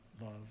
love